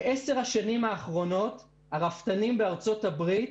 בעשר השנים האחרונות הרפתנים בארצות-הברית,